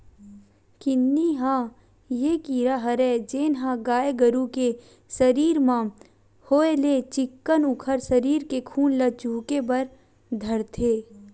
किन्नी ह ये कीरा हरय जेनहा गाय गरु के सरीर म होय ले चिक्कन उखर सरीर के खून ल चुहके बर धरथे